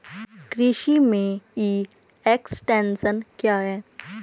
कृषि में e extension क्या है?